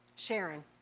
Sharon